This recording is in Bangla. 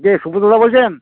কে শুভ দাদা বলছেন